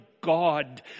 God